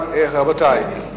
רבותי,